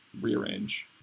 rearrange